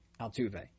Altuve